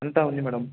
అంతా ఉంది మేడం